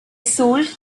sold